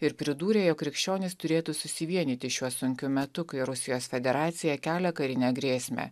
ir pridūrė jog krikščionys turėtų susivienyti šiuo sunkiu metu kai rusijos federacija kelia karinę grėsmę